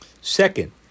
Second